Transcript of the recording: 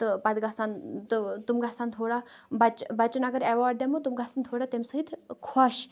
تہٕ پَتہٕ گژھن تِم گژھن تھوڑا بَچہِ بَچَن اگر ایواڈ دِمُو تِم گَژھن تھوڑا تمہِ سۭتۍ خۄش